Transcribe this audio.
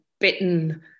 bitten